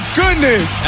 goodness